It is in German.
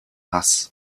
hass